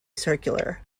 circular